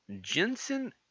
Jensen